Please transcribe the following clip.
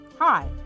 Hi